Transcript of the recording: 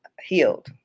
healed